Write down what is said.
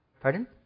Pardon